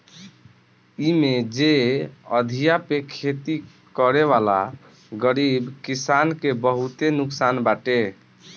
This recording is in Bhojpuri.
इमे जे अधिया पे खेती करेवाला गरीब किसानन के बहुते नुकसान बाटे